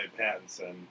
Pattinson